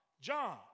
John